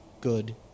good